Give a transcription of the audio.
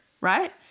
right